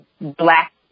black